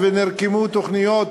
תוכניות,